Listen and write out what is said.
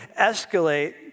escalate